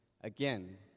Again